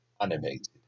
animated